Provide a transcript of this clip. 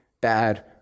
bad